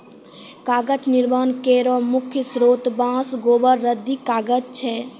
कागज निर्माण केरो मुख्य स्रोत बांस, गोबर, रद्दी कागज छै